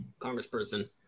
congressperson